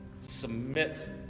submit